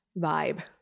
vibe